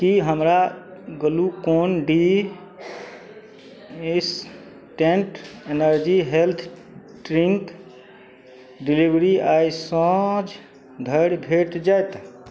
कि हमरा Glucon D instant energy health drink delivery आइ साँझ धरि भेटि जाएत